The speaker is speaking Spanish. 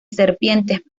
serpientes